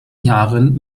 jahren